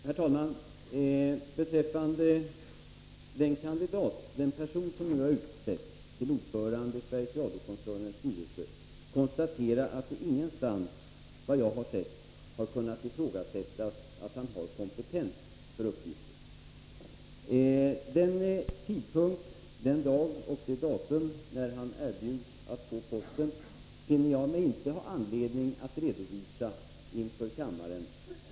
Herr talman! Låt mig först beträffande den person som nu har utsetts till ordförande i Sveriges Radio-koncernens styrelse konstatera att hans kompetens för uppgiften inte på någon punkt har kunnat ifrågasättas. Tidpunkten, den dag och det datum då Harry Schein erbjöds att få posten finner jag mig inte ha anledning att redovisa inför kammaren.